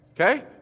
okay